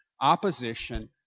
opposition